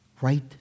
right